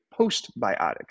postbiotics